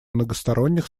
многосторонних